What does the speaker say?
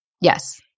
Yes